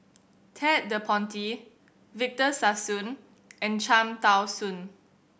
Ted De Ponti Victor Sassoon and Cham Tao Soon